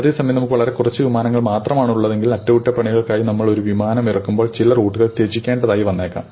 അതേ സമയം നമുക്ക് വളരെ കുറച്ച് വിമാനങ്ങൾ മാത്രമാണുള്ളതെങ്കിൽ അറ്റകുറ്റപ്പണികൾക്കായി നമ്മൾ ഒരു വിമാനം ഇറക്കുമ്പോൾ ചില റൂട്ടുകൾ ത്യജിക്കേണ്ടതായി വന്നേക്കാം